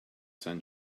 sun